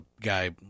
guy